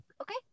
okay